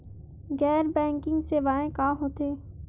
गैर बैंकिंग सेवाएं का होथे?